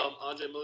Andre